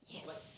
yes